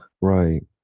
Right